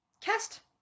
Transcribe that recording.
cast